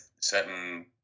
certain